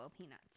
peanuts